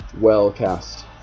well-cast